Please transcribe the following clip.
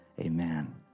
amen